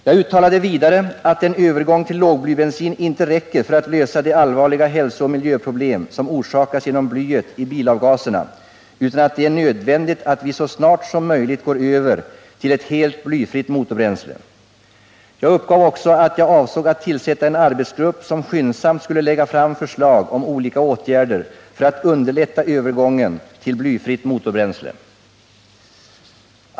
Jag uttalade vidare att en övergång till lågblybensin inte räcker för att lösa de allvarliga hälsooch miljöproblem som orsakas genom blyet i bilavgaserna utan att det är nödvändigt att vi så snart som möjligt går över till ett helt blyfritt motorbränsle. Jag uppgav också att jag avsåg att tillsätta en arbetsgrupp som skyndsamt skulle lägga fram förslag om olika åtgärder för att underlätta övergången till blyfritt motorbränsle.